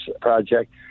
project